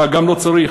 אבל גם לא צריך,